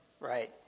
Right